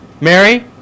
Mary